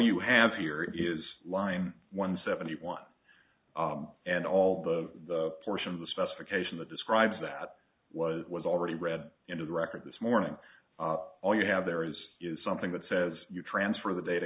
you have here is line one seventy one and all the portion of the specification that describes that was was already read into the record this morning all you have there is something that says you transfer the data